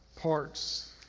parts